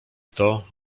kto